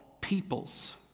peoples